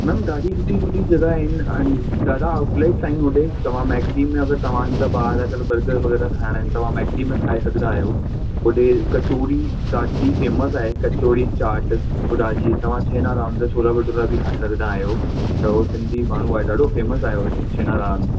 ma'am ॾाढी सुठी सुठी जॻह आहिनि ॾाढा आउटलेट्स आहिनि होॾे तव्हां मैक्डी में अगरि तव्हांजा ॿार अगरि बर्गर वग़ैरह खाइणा आहिनि तव्हां मैक्डी में खाई सघंदा आहियो होड़े कचोड़ी ॾाढी फैम्स आहिनि कचोड़ी चाट हुतां जी तव्हां छेना राम जा छोला भठूरा बि खाए सघंदा आहियो त उहो सिंधी माण्हू आहे ॾाढो फ़ेम्स आहे होॾे छेना राम